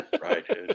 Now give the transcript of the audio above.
Right